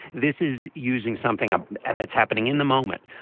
this is using something ah and that's happening in the moment.